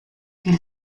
fiel